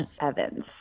Evans